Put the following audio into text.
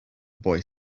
boy